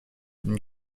une